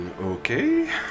Okay